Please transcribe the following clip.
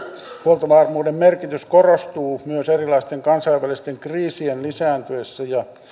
huoltovarmuuden merkitys korostuu myös erilaisten kansainvälisten kriisien lisääntyessä ja